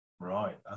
Right